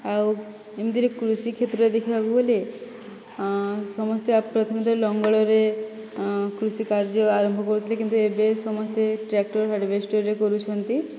ଆଉ ଏମିତିରେ କୃଷି କ୍ଷେତ୍ରରେ ଦେଖିବାକୁ ଗଲେ ସମସ୍ତେ ଆ ପ୍ରଥମେ ତ ଲଙ୍ଗଳରେ କୃଷି କାର୍ଯ୍ୟ ଆରମ୍ଭ କରୁଥିଲେ କିନ୍ତୁ ଏବେ ସମସ୍ତେ ଟ୍ରାକ୍ଟର ହାର୍ଡ଼ବେଷ୍ଟରରେ କରୁଛନ୍ତି